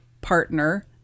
partner